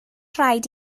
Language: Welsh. rhaid